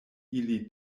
ili